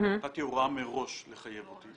נתתי הוראה מראש לחייב אותי,